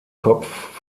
kopf